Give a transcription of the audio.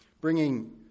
bringing